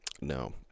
no